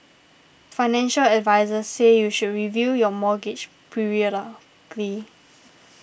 financial advisers say you should review your mortgage periodically